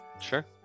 Sure